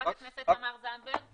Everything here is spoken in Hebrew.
לחברת הכנסת תמר זנדברג.